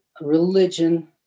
religion